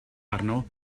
arno